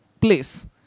place